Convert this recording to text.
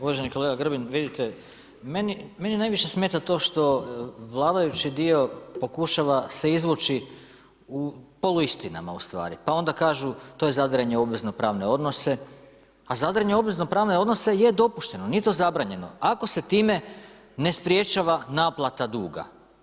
Uvaženi kolega Grbin, vidite meni najviše smeta to što vladajući dio pokušava se izvući u poluistinama ustvari, pa onda kažu to jer zadiranje u obveznopravne odnose, a zadiranje o obveznopravne odnose je dopušteno, nije to zabranjeno, ako se time ne sprječava naplata duga.